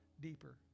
Deeper